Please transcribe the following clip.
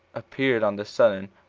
appeared on the sudden,